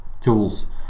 tools